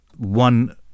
one